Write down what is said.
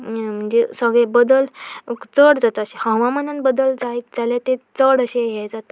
म्हणजे सगळें बदल चड जाता अशें हवामानान बदल जायत जाल्यार ते चड अशें हें जाता